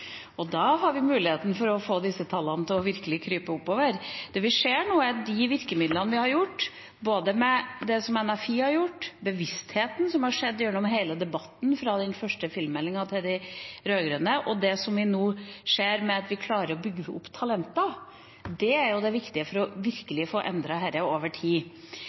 og da har vi mulighet til å få disse tallene til virkelig å krype oppover. Det vi ser nå, er at de virkemidlene vi har brukt, både det som NFI har gjort, bevisstgjøringen som har skjedd gjennom hele debatten, fra den første filmmeldingen fra de rød-grønne og til det vi nå ser, at vi klarer å bygge opp talenter, er viktig for virkelig å få endret dette over tid.